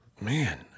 Man